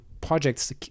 projects